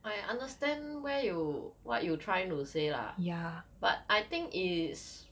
I understand where you what you trying to say lah but I think is